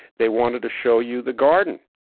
they wanted to show you the garden.